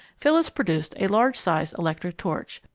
phyllis produced a large-sized electric torch.